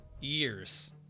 years